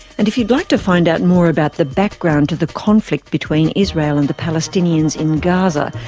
and if you'd like to find out more about the background to the conflict between israel and the palestinians in gaza,